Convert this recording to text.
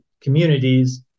communities